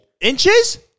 Inches